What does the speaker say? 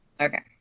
Okay